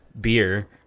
beer